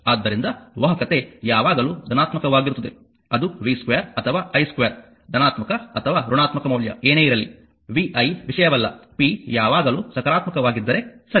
ಆದ್ದರಿಂದ ವಾಹಕತೆ ಯಾವಾಗಲೂ ಧನಾತ್ಮಕವಾಗಿರುತ್ತದೆ ಅದು v2 ಅಥವಾ i2 ಧನಾತ್ಮಕ ಅಥವಾ ಋಣಾತ್ಮಕ ಮೌಲ್ಯ ಏನೇ ಇರಲಿ vi ವಿಷಯವಲ್ಲ p ಯಾವಾಗಲೂ ಸಕಾರಾತ್ಮಕವಾಗಿದ್ದರೆ ಸರಿ